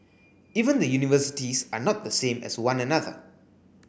even the universities are not the same as one another